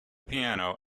piano